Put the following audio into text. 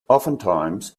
oftentimes